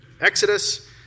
Exodus